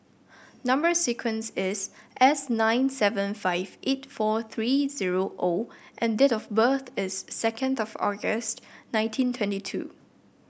number sequence is S nine seven five eight four three zero O and date of birth is second of August nineteen twenty two